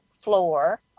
floor